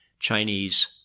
chinese